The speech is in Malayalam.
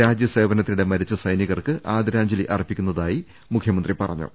രാജ്യസേവനത്തിനിടെ മരിച്ച സൈനികർക്ക് ആദരാ ജ്ഞലി അർപ്പിക്കുന്നതായും മുഖ്യമന്ത്രി പറഞ്ഞു